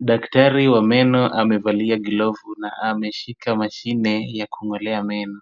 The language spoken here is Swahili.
Daktari wa meno amevalia glovu na ameshika mashine ya kung'olea meno.